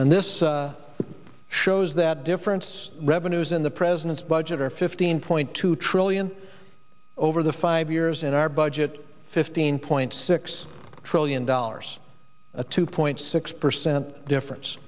and this shows that difference revenues in the president's budget are fifteen point two trillion over the five years in our budget fifteen point six trillion dollars a two point six percent difference